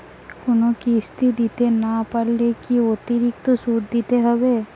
কোনো কিস্তি দিতে না পারলে কি অতিরিক্ত সুদ দিতে হবে?